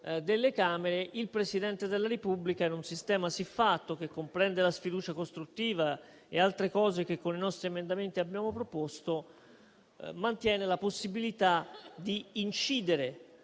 delle Camere), il Presidente della Repubblica, in un sistema siffatto, che comprende la sfiducia costruttiva e altri punti che con i nostri emendamenti abbiamo proposto, mantiene la possibilità di incidere